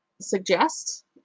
suggest